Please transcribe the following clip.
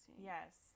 Yes